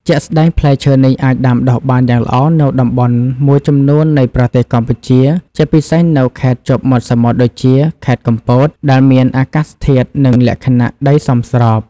ជាក់ស្តែង ផ្លែឈើនេះអាចដាំដុះបានយ៉ាងល្អនៅតំបន់មួយចំនួននៃប្រទេសកម្ពុជា ជាពិសេសនៅខេត្តជាប់មាត់សមុទ្រដូចជា ខេត្តកំពត ដែលមានអាកាសធាតុនិងលក្ខណៈដីសមស្រប។